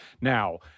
now